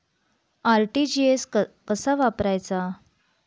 RTGS कसा करायचा?